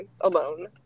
alone